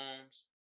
homes